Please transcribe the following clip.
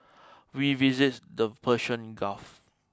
we visited the Persian Gulf